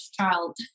child